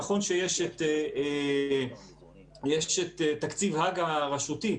נכון שיש את תקציב הג"א הרשותי,